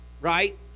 right